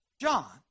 John